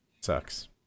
Sucks